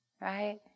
right